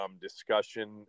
discussion